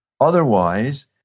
Otherwise